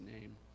name